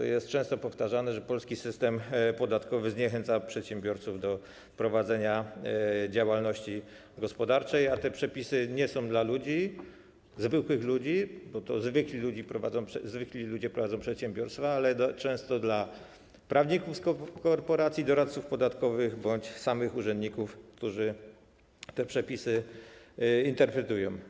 To jest często powtarzane - to, że polski system podatkowy zniechęca przedsiębiorców do prowadzenia działalności gospodarczej, a te przepisy nie są dla ludzi, dla zwykłych ludzi, choć to zwykli ludzie prowadzą przedsiębiorstwa, ale często dla prawników z korporacji, doradców podatkowych bądź samych urzędników, którzy te przepisy interpretują.